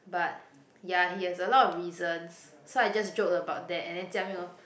but ya he has a lot of reasons so I just joke about that and then Jia-Ming w~